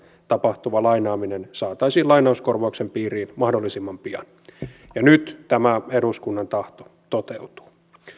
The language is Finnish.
tapahtuva lainaaminen saataisiin lainauskorvauksen piiriin mahdollisimman pian ja nyt tämä eduskunnan tahto toteutuu